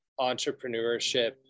entrepreneurship